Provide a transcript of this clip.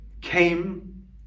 came